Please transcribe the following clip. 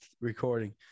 recording